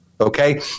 Okay